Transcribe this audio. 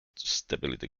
stability